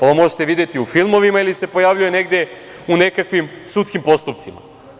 Ovo možete videti u filmovima ili se pojavljuje negde u nekakvim sudskim postupcima.